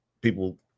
people